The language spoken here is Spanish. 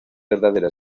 verdadera